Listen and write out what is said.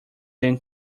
than